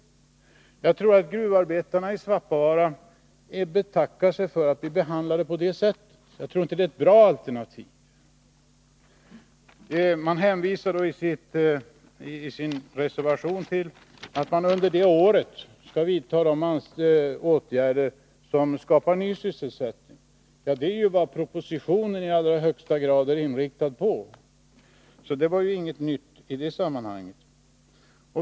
Jag tror att gruvarbetarna i Svappavaara betackar sig för att bli behandlade på det sättet. Jag tror inte att det är ett bra alternativ. Man hänvisar i sin reservation till att det under det året skall vidtas 153 åtgärder som skapar ny sysselsättning. Detta är ju vad propositionen i allra högsta grad är inriktad på. Det var alltså inget nytt i detta sammanhang.